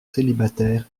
célibataire